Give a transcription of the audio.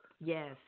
Yes